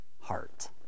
heart